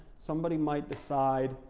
somebody might decide,